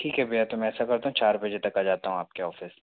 ठीक है भैया तो मैं ऐसा करता हूँ चार बजे तक आ जाता हूँ आपके ऑफिस